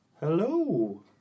Hello